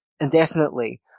indefinitely